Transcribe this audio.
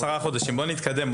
בואי נתקדם,